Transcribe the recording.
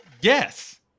yes